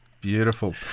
beautiful